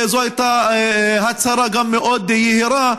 זו גם הייתה הצהרה מאוד יהירה,